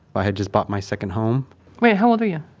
i had just bought my second home wait, how old were you?